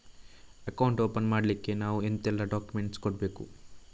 Account open ಮಾಡ್ಲಿಕ್ಕೆ ನಾವು ಎಂತೆಲ್ಲ ಡಾಕ್ಯುಮೆಂಟ್ಸ್ ಕೊಡ್ಬೇಕು?